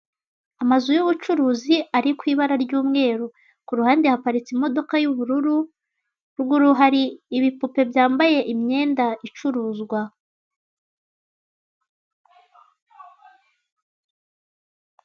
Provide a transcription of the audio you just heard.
Amazu y'ubucuruzi ari ku ibara ry'umweru ku ruhande haparitse imodoka y'ubururu, ruguru hari ibipupe byambara imyenda icuruzwa.